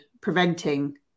preventing